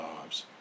lives